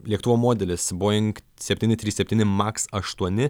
lėktuvo modelis boing septyni trys septyni maks aštuoni